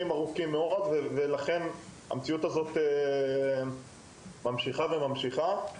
ארוך מאוד ולכן המציאות הזו ממשיכה וממשיכה.